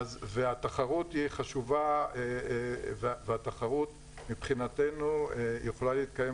והתחרות היא חשובה והתחרות מבחינתנו יכולה להתקיים